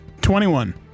Twenty-one